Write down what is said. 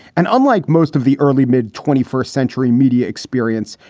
and unlike most of the early mid twenty first century media experience,